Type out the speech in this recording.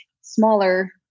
smaller